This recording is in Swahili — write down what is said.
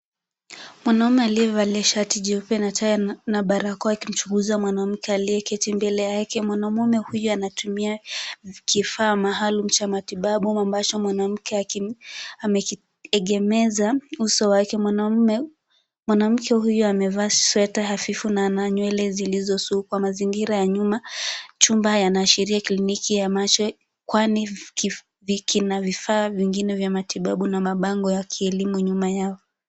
Mwanaume aliyevalia shati jeupe na tena, na balakoa, akimchunguza mwanamke aliyeketi mbele yake. Mwanaume huyu anatumia kifaa maalum cha matibabu ambacho mwanamke akimpa, amekiegemeza uso wake. Mwanaume, mwanamke huyu amevaa sweta hafifu na ana nywele zilizoshukwa. Mazingira ya nyuma, chumba yana ashiria kliniki ya macho kwani hiki, kina vifaa vingine vya matibabu na mabango ya kielimu nyuma yao.